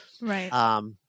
Right